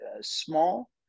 small